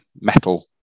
metal